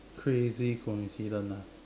crazy coincident ah